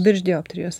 virš dioptrijos